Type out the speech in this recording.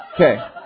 Okay